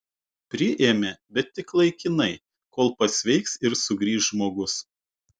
priėmė bet tik laikinai kol pasveiks ir sugrįš žmogus